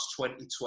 2012